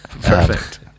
Perfect